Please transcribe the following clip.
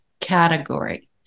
category